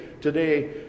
today